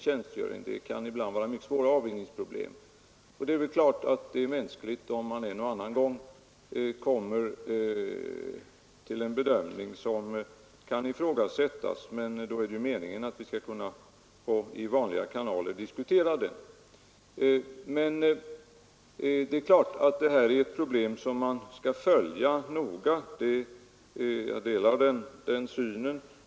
Det kan alltså ibland vara mycket svåra avvägningsproblem, och det är väl mänskligt om man en och annan gång kommer till en bedömning som kan ifrågasättas. Men då är det ju meningen att vi skall kunna diskutera detta via vanliga kanaler. Det är emellertid klart att det här är problem som man skall följa noga — jag delar den synen.